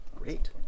great